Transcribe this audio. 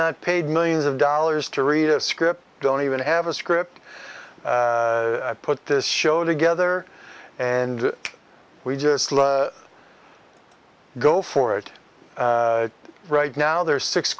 not paid millions of dollars to read a script don't even have a script put this show together and we just go for it right now there are six